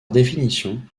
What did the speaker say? définition